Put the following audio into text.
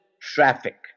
traffic